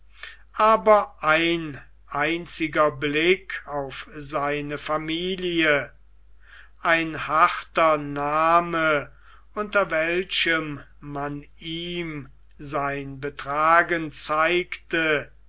aber ein einziger blick auf seine familie ein harter name unter welchem man ihm sein betragen zeigte